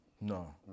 No